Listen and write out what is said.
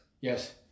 Yes